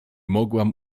mogłam